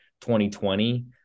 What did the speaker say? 2020